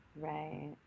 Right